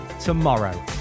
tomorrow